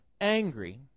angry